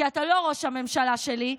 כי אתה לא ראש הממשלה שלי,